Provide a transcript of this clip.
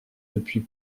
depuis